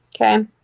Okay